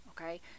Okay